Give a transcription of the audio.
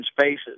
spaces